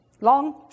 long